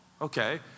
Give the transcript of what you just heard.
okay